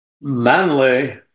manly